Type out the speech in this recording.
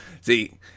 see